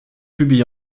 publié